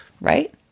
right